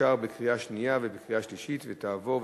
אושרה בקריאה שנייה ובקריאה שלישית ותעבור,